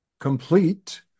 complete